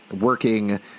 working